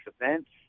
events